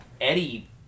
Eddie